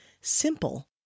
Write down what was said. Simple